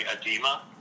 edema